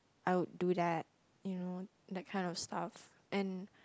I would do that you know that kind of stuff and